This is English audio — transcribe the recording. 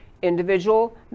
individual